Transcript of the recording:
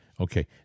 Okay